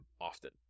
often